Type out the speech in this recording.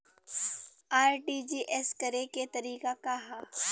RTGS करे के तरीका का हैं?